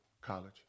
college